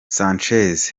sanchez